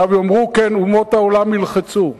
עכשיו יאמרו: כן, אומות העולם ילחצו.